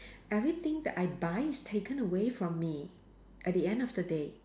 everything that I buy is taken away from me at the end of the day